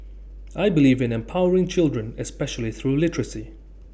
I believe in empowering children especially through literacy